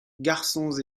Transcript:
garçons